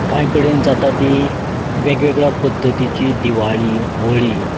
कांय कडेन जाता ती वेगवेगळ्या पद्दतिची दिवाळी होळी